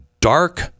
Dark